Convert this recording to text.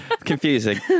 confusing